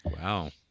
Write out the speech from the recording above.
wow